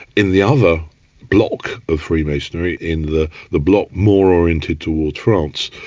in the other bloc of freemasonry in the the bloc more oriented towards france,